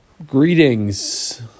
Greetings